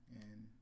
and-